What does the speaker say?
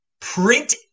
Print